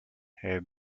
her